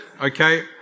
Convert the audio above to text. okay